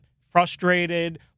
frustrated